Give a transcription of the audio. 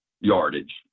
yardage